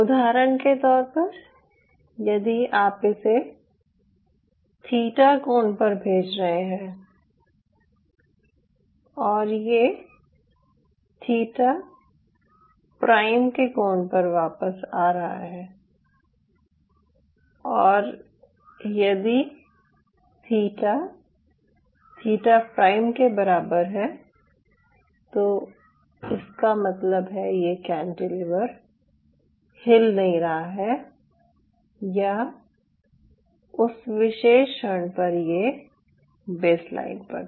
उदाहरण के तौर पर यदि आप इसे थीटा कोण पर भेज रहे हैं और यह थीटा प्राइम के कोण पर वापस आ रहा है और यदि थीटा थीटा प्राइम के बराबर है तो इसका मतलब है कि यह कैंटिलीवर हिल नहीं रहा है या उस विशेष क्षण पर ये बेसलाइन पर था